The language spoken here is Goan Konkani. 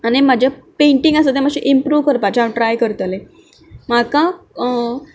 आनी म्हजें पेंटींग आसा तें मातशें इमप्रूव करपाचें हांव ट्राय करतलें म्हाका